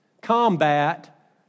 combat